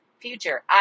future